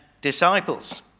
disciples